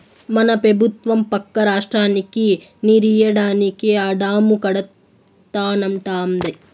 మన పెబుత్వం పక్క రాష్ట్రానికి నీరియ్యడానికే ఆ డాము కడతానంటాంది